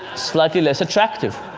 slightly less attractive.